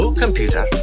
computer